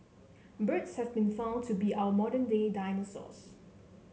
birds have been found to be our modern day dinosaurs